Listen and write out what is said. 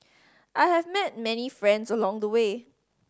I have met many friends along the way